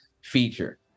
feature